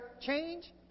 Change